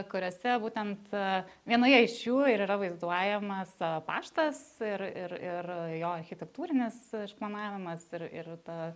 kuriose būtent vienoje iš jų ir yra vaizduojamas paštas ir ir ir jo architektūrinis išplanavimas ir ir ta